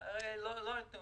זה תקציב